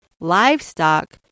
livestock